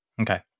Okay